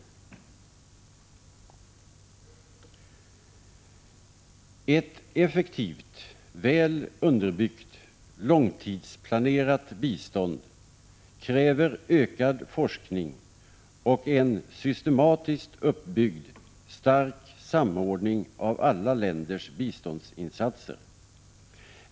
Ett effektivt, väl underbyggt, långtidsplanerat bistånd kräver ökad forskning och en, systematiskt uppbyggd, stark samordning av alla länders biståndsinsatser.